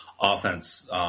offense